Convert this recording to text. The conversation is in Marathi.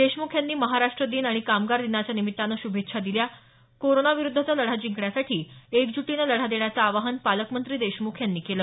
देशमुख यांनी महाराष्ट्र दिन आणि कामगार दिनाच्या निमित्ताने शुभेच्छा दिल्या कोरोना विरुद्धचा लढा जिंकण्यासाठी एकजुटीने लढा देण्याचं आवाहन पालकमंत्री देशमुख यांनी केलं